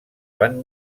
van